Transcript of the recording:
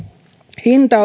hinta